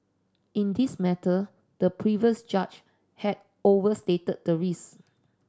in this matter the previous judge had overstated the risk